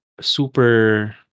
super